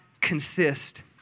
consist